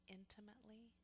intimately